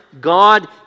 God